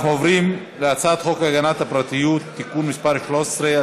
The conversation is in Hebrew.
אנחנו עוברים להצעת חוק הגנת הפרטיות (תיקון מס' 13),